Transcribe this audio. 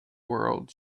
world